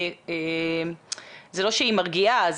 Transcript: זה לא שהיא מרגיעה,